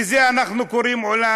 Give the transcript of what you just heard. לזה אנחנו קוראים עולם?